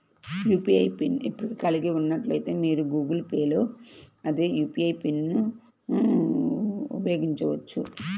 UPI pin ను ఇప్పటికే కలిగి ఉన్నట్లయితే, మీరు గూగుల్ పే లో అదే యూ.పీ.ఐ పిన్ను ఉపయోగించవచ్చు